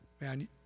Man